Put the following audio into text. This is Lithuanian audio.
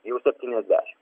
jau septyniasdeš